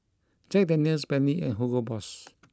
Jack Daniel's Bentley and Hugo Boss